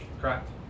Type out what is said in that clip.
correct